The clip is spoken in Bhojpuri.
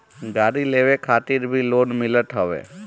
गाड़ी लेवे खातिर भी लोन मिलत हवे